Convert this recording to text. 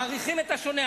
מעריכים את השונה.